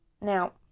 Now